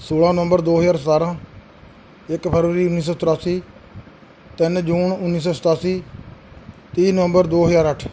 ਸੌਲਾਂ ਨਵੰਬਰ ਦੋ ਹਜ਼ਾਰ ਸਤਾਰਾਂ ਇੱਕ ਫਰਵਰੀ ਉੱਨੀ ਸੌ ਤਰਾਸੀ ਤਿੰਨ ਜੂਨ ਉੱਨੀ ਸੌ ਸਤਾਸੀ ਤੀਹ ਨਵੰਬਰ ਦੋ ਹਜ਼ਾਰ ਅੱਠ